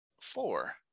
four